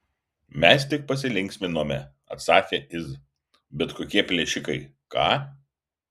mes tik pasilinksminome atsakė iz bet kokie plėšikai ką